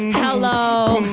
hello